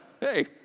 Hey